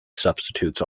substitutes